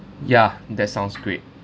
ya that sounds great